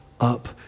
up